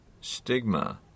stigma